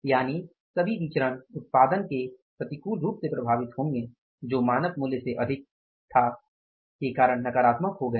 यानि सभी विचरण उत्पादन के प्रतिकूल रूप से प्रभावित होने जो मानक मूल्य से अधिक था के कारण नकारात्मक हो गए हैं